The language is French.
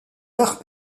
leurs